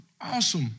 awesome